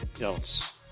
else